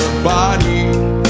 Body